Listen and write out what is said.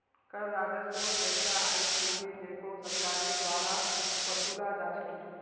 कर राजस्व वैसा आय छिके जेको सरकारेर द्वारा वसूला जा छेक